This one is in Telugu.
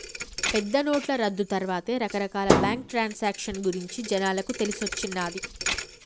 పెద్దనోట్ల రద్దు తర్వాతే రకరకాల బ్యేంకు ట్రాన్సాక్షన్ గురించి జనాలకు తెలిసొచ్చిన్నాది